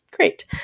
Great